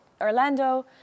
Orlando